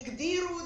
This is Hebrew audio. הגדירו,